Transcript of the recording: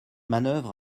manœuvre